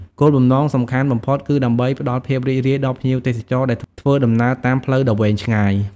គោលបំណងសំខាន់បំផុតគឺដើម្បីផ្តល់ភាពរីករាយដល់ភ្ញៀវទេសចរដែលធ្វើដំណើរតាមផ្លូវដ៏វែងឆ្ងាយ។